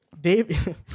Dave